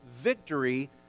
victory